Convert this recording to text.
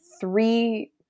three